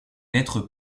lettres